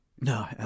No